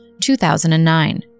2009